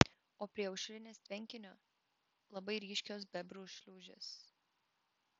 o prie aušrinės tvenkinio labai ryškios bebrų šliūžės